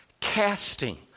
Casting